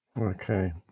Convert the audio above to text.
Okay